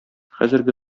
хәзерге